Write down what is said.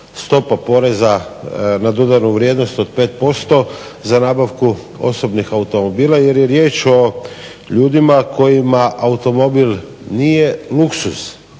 stopa poreza na dodanu vrijednost od 5% za nabavku osobnih automobila jer je riječ o ljudima koji automobil nije luksuz